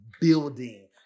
building